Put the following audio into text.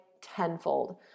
tenfold